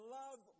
love